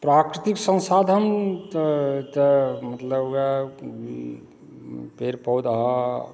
प्राकृतिक संसाधन तऽ तऽ मतलब वएह पेड़ पौधा